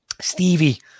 Stevie